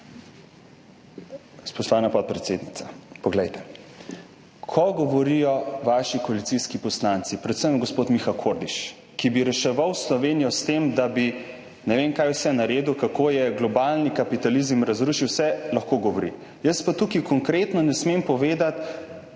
Spoštovana podpredsednica, poglejte. Ko govorijo vaši koalicijski poslanci, predvsem gospod Miha Kordiš, ki bi reševal Slovenijo s tem, da bi ne vem kaj vse naredil, kako je globalni kapitalizem razrušil vse – lahko govori. Jaz pa tukaj ne smem konkretno povedati